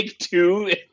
two